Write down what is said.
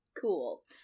cool